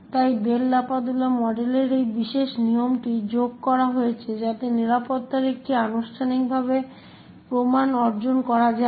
তাই Bell LaPadula মডেলে এই বিশেষ নিয়মটি যোগ করা হয়েছে যাতে নিরাপত্তার একটি আনুষ্ঠানিক প্রমাণ অর্জন করা যায়